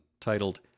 titled